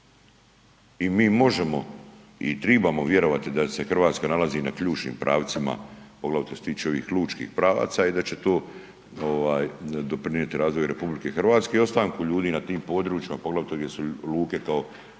I mi možemo i tribamo vjerovati da se Hrvatska nalazi na ključnim pravcima poglavito što se tiče ovih lučkih pravaca i da će to ovaj doprinijeti razvoju RH i ostanku ljudi na tim područjima poglavito gdje su luke kao,